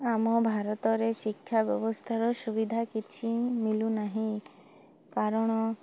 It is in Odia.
ଆମ ଭାରତରେ ଶିକ୍ଷା ବ୍ୟବସ୍ଥାର ସୁବିଧା କିଛି ମିଳୁନାହିଁ କାରଣ